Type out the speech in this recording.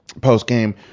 post-game